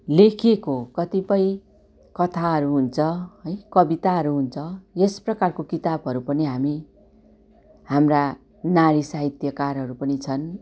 लेकियेको कतिपय कथाहरू हुन्छ है कविताहरू हुन्छ यस प्रकारको किताबहरू पनि हामी हाम्रा नारी साहित्यकारहरू पनि छन्